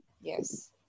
Yes